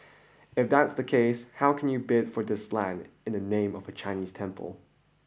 if that's the case how can you bid for this land in the name of a Chinese temple